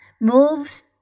moves